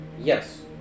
Yes